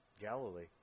Galilee